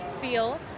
feel